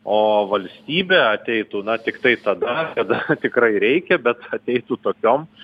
o valstybė ateitų na tiktai tada kada tikrai reikia bet ateitų tokiom